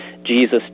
Jesus